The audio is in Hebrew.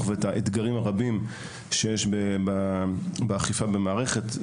ואת האתגרים הרבים שיש באכיפה במערכת,